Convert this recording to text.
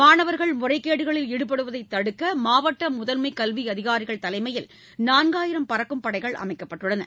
மாணவர்கள் முறைகேடுகளில் ஈடுபடுவதை தடுக்க மாவட்ட முதன்மை கல்வி அதிகாரிகள் தலைமையில் நான்காயிரம் பறக்கும் படைகள் அமைக்கப்பட்டுள்ளன